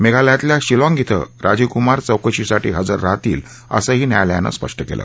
मेघालयातल्या शिलाँग ध्वें राजीव कुमार चौकशीसाठी हजर राहतील असंही न्यायालयानं स्पष्ट केलं